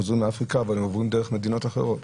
חוזרים לאפריקה אבל עוברים דרך מדינות אחרות